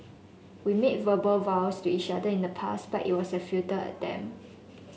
we made verbal vows to each other in the past but it was a futile attempt